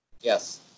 Yes